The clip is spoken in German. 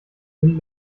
sind